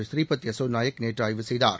ஸ்ரீபத் யசோநாயக் நேற்றுஆய்வு செய்தார்